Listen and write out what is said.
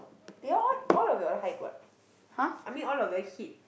you all all of your hide what I mean all of you all hid